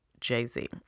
Jay-Z